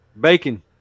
Bacon